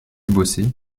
bosser